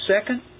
second